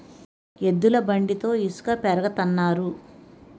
ఎద్దుల బండితో ఇసక పెరగతన్నారు